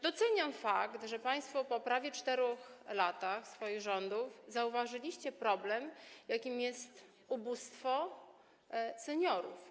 Doceniam fakt, że państwo po prawie 4 latach swoich rządów zauważyliście problem, jakim jest ubóstwo seniorów.